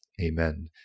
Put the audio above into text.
Amen